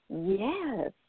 Yes